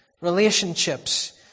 Relationships